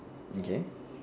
okay